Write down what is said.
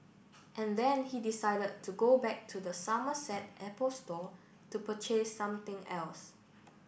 and then he decided to go back to the Somerset Apple Store to purchase something else